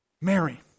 Mary